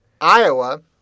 Iowa